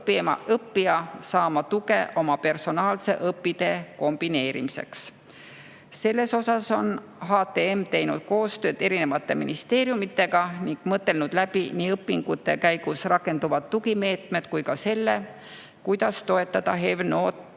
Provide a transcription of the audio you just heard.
õppija saama tuge oma personaalse õpitee kombineerimiseks. Selles osas on HTM teinud koostööd erinevate ministeeriumidega ning mõtelnud läbi nii õpingute käigus rakenduvad tugimeetmed kui ka selle, kuidas toetada HEV-noort